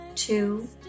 Two